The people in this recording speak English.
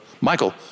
Michael